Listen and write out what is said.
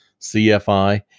CFI